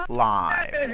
live